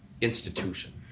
institution